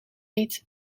niet